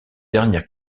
dernière